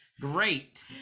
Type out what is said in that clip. Great